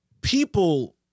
people